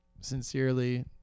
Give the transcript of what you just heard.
Sincerely